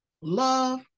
love